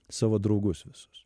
savo draugus visus